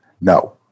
No